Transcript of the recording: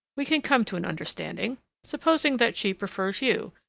we can come to an understanding supposing that she prefers you,